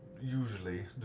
usually